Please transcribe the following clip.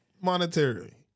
monetary